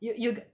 you you ge~